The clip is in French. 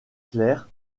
clair